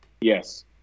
Yes